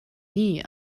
nie